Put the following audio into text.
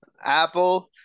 Apple